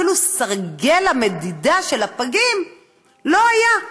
אפילו סרגל מדידה של הגים לא היה,